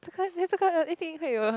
这个 then 这个一定会有